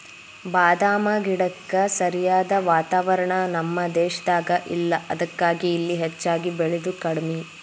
ಬಾದಾಮ ಗಿಡಕ್ಕ ಸರಿಯಾದ ವಾತಾವರಣ ನಮ್ಮ ದೇಶದಾಗ ಇಲ್ಲಾ ಅದಕ್ಕಾಗಿ ಇಲ್ಲಿ ಹೆಚ್ಚಾಗಿ ಬೇಳಿದು ಕಡ್ಮಿ